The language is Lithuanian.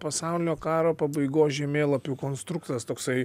pasaulinio karo pabaigos žemėlapių konstruktas toksai